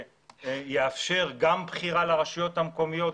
שיאפשר גם בחירה לרשויות המקומיות,